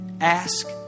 Ask